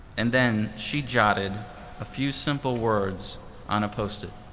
and then she jotted a few simple words on a post-it.